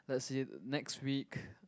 let's see next week